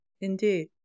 Indeed